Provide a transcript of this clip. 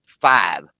five